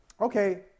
Okay